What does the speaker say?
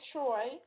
Troy